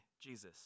Jesus